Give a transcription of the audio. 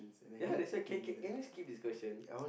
ya that's why can can can we skip this question